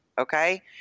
okay